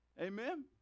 amen